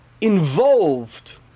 involved